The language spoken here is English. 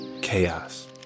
chaos